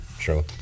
Sure